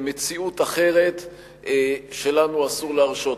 מציאות אחרת שלנו אסור להרשות אותה.